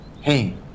Hey